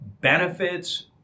benefits